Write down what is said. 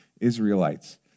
Israelites